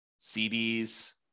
CDs